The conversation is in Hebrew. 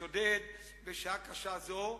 השודד בשעה קשה זו,